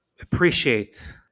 appreciate